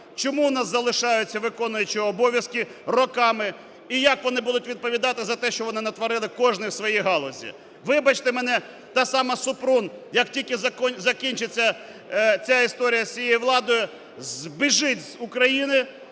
Чому в нас залишаються виконуючі обов'язки роками і як вони будуть відповідати за те, що вони натворили кожний у своїй галузі? Вибачте мене, та ж сама Супрун, як тільки закінчиться ця історія з цією владою, збіжить з України